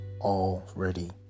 already